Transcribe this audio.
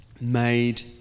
made